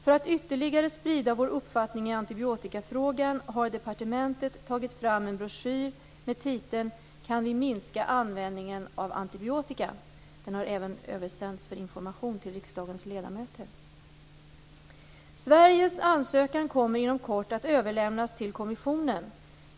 För att ytterligare sprida vår uppfattning i antibiotikafrågan har departementet tagit fram en broschyr med titeln Kan vi minska användningen av antibiotika?. Denna broschyr har översänts för information till riksdagens ledamöter. Sveriges ansökan kommer inom kort att överlämnas till kommissionen.